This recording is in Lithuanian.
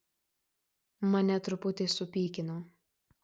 mane truputį supykino